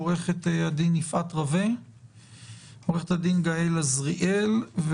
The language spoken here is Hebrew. עו"ד יפעת רווה ועו"ד גאל אזריאל,